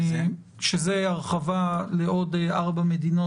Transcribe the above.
שהוא הרחבה לעוד ארבע מדינות,